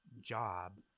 job